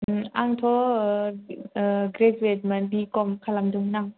आंथ' ग्रेजुयेतमोन बि कम खालामदोंमोन आं